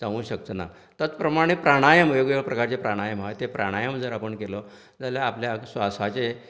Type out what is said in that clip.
जावंक शकचो ना त्याच प्रमाणे प्राणायम वेगवेगळ्या प्रकारचे प्राणायम आसा ते प्राणायम जर आपूण केलो जाल्यार आपल्याक श्वासाचे